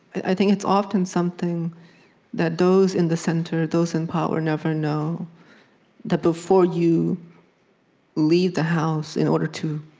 i think it's often something that those in the center, those in power, never know that before you leave the house, in order to